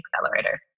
accelerator